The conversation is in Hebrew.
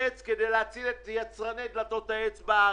עץ כדי להציל את יצרני דלתות העץ בארץ,